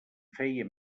feia